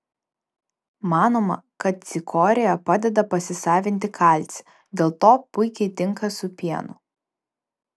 manoma kad cikorija padeda pasisavinti kalcį dėl to puikiai tinka su pienu